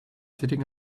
sitting